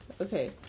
Okay